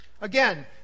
Again